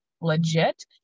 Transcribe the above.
legit